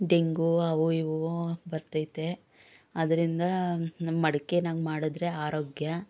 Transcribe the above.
dengue ಅವು ಇವು ಬರ್ತೈತೆ ಅದರಿಂದ ನಮ್ಮ ಮಡ್ಕೆಯಾಗ ಮಾಡಿದ್ರೆ ಆರೋಗ್ಯ